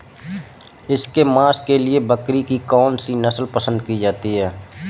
इसके मांस के लिए बकरी की कौन सी नस्ल पसंद की जाती है?